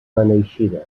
beneixida